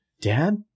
Dad